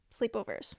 Sleepovers